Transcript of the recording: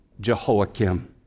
Jehoiakim